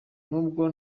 nubwo